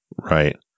right